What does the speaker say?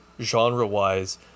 genre-wise